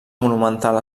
monumental